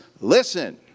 listen